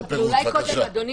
אדוני,